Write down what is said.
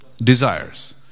Desires